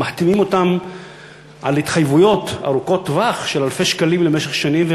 ומחתימים אותם על התחייבויות ארוכות טווח של אלפי שקלים למשך שנים,